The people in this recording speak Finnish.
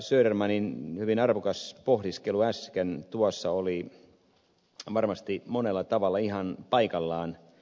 södermanin hyvin arvokas pohdiskelu äsken tuossa oli varmasti monella tavalla ihan paikallaan